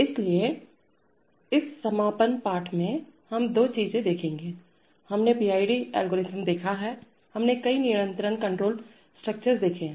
इसलिए इस समापन पाठ में हम दो चीजों को देखेंगे हमने पीआईडी एल्गोरिथम देखा है हमने कई नियंत्रण कण्ट्रोल स्ट्रक्चर्स देखी हैं